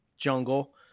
jungle